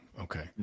okay